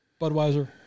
Budweiser